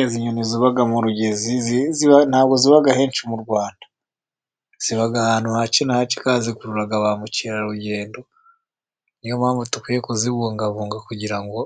Izi nyoni ziba mu Rugezi ntabwo ziba ahenshi Rwanda, ziba ahantu hake na hake kandi zikurura ba mukerarugendo ,ni yo mpamvu dukwiye kuzibungabunga, kugira ngo